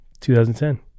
2010